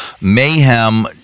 mayhem